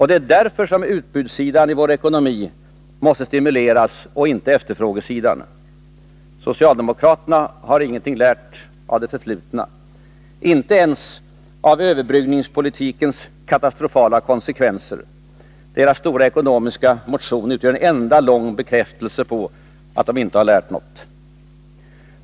Det är därför utbudssidan i vår ekonomi måste stimuleras och inte efterfrågesidan. Socialdemokraterna har ingenting lärt av det förflutna, inte ens av överbryggningspolitikens katastrofala konsekvenser. Deras stora ekonomiska motion utgör en enda lång bekräftelse på att de inte har lärt något.